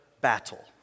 battle